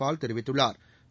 பால் தெரிவித்துள்ளா்